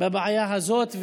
בבעיה הזאת,